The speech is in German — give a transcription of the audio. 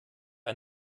ein